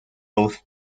both